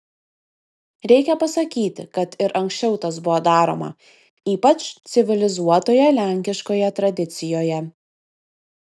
reikia pasakyti kad ir anksčiau tas buvo daroma ypač civilizuotoje lenkiškoje tradicijoje